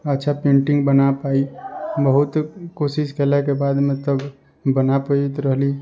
अच्छा पेंटिंग बना पाबि बहुत कोशिश केला के बाद मतलब बना पबैत रहली